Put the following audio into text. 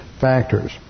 factors